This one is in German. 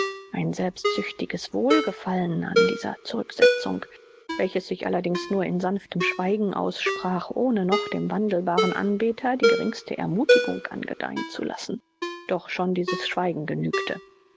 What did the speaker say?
ein selbstsüchtiges wohlgefallen an dieser zurücksetzung welches sich allerdings nur in sanftem schweigen aussprach ohne noch dem wandelbaren anbeter die geringste ermunterung angedeihen zu lassen doch schon dieses schweigen genügte